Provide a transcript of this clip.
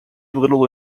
little